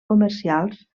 comercials